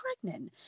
pregnant